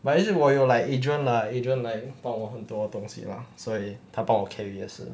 but is it 我有 like adrian lah adrian like 帮我很多东西 lah 所以他帮我 carry 也是